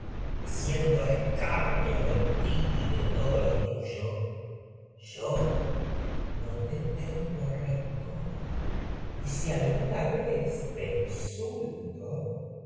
haciendo escarnio rencor y de ti y de vez todo te lo tuyo es yo no te tengo si alguna insulto